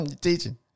Teaching